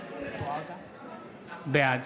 בעד